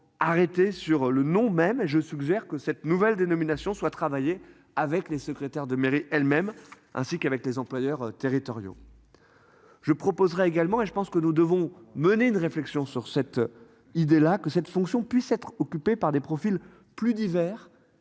arrêtée sur le nom même et je suggère que cette nouvelle dénomination soit travailler avec les secrétaires de mairie elles-mêmes ainsi qu'avec les employeurs territoriaux. Je proposerai également et je pense que nous devons mener une réflexion sur cette idée là que cette fonction puisse être occupés par des profils plus divers